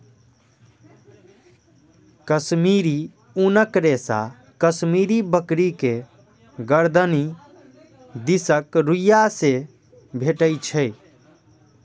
कश्मीरी ऊनक रेशा कश्मीरी बकरी के गरदनि दिसक रुइयां से भेटै छै